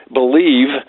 believe